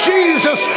Jesus